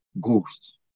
Ghost